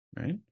right